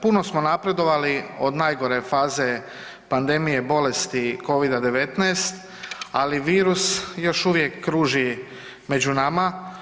Puno smo napredovali od najgore faze pandemije bolesti covida-19, ali virus još uvijek kruži među nama.